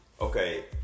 Okay